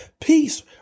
peace